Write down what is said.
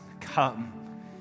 come